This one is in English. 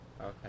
Okay